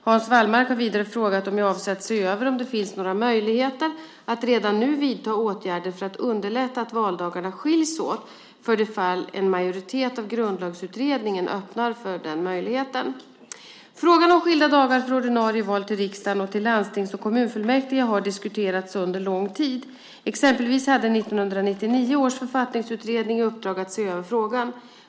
Hans Wallmark har vidare frågat om jag avser att se över om det finns några möjligheter att redan nu vidta åtgärder för att underlätta att valdagarna skiljs åt för det fall en majoritet av Grundlagsutredningen öppnar för den möjligheten. Frågan om skilda dagar för ordinarie val till riksdagen och till landstings och kommunfullmäktige har diskuterats under lång tid. Exempelvis hade 1999 års författningsutredning i uppdrag att se över frågan.